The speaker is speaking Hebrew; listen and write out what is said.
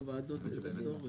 תחנות, הוא קונה תחנה.